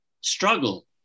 struggle